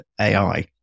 AI